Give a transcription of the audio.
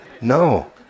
No